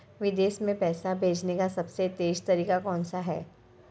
विदेश में पैसा भेजने का सबसे तेज़ तरीका कौनसा है?